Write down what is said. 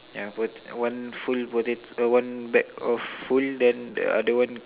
yeah both one full potato one bag of full then the other one